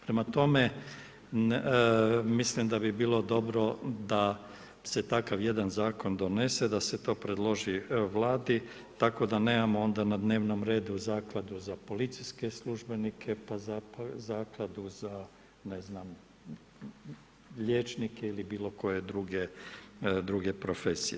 Prema tome, mislim da bi bilo dobro da se takav jedan Zakon donese, da se to predloži Vladi, tako da nemamo onda na dnevnom redu Zakladu za policijske službenike, pa Zakladu za ne znam, liječnike ili bilo koje druge profesije.